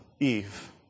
Eve